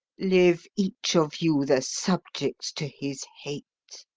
live each of you the subjects to his hate,